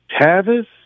Tavis